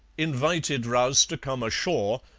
invited rous to come ashore,